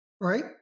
right